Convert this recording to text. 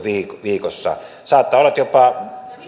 viikossa saattaa jopa olla että